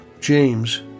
James